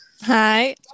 Hi